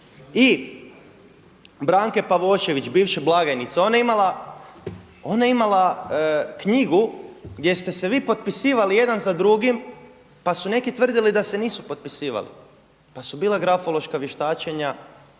I Branke Pavošević, bivše blagajnice. Ona je imala knjigu gdje ste se vi potpisivali jedan za drugim, pa su neki tvrdili da se nisu potpisivali, pa su bila grafološka vještačenja